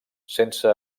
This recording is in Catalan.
sense